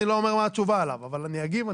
אני לא אומר מה התשובה עליו, אבל אני אגיב.